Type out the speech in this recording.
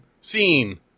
scene